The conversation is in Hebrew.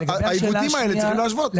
ראש אבות בתי דין המכהן כרב של עיר מקבל 36,000,